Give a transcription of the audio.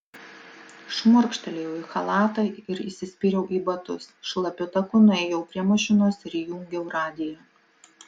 šmurkštelėjau į chalatą ir įsispyriau į batus šlapiu taku nuėjau prie mašinos ir įjungiau radiją